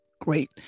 great